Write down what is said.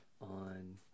on